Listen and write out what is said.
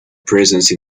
presence